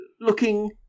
looking